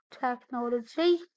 technology